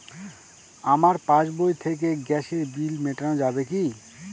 আমার পাসবই থেকে গ্যাসের বিল মেটানো যাবে কি?